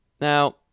Now